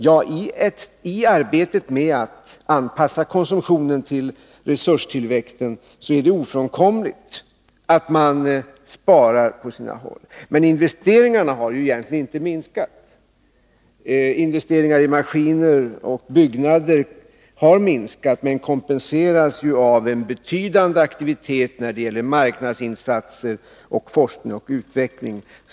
Ja, i arbetet med att anpassa konsumtionen till resurstillväxten är det ofrånkomligt att man sparar på sina håll. Men investeringarna har egentligen inte minskat. Investeringarna i maskiner och byggnader har minskat, men detta kompenseras av en betydande aktivitet när det gäller marknadsinsatser, forskning och utveckling.